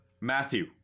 Matthew